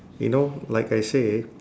you know like I say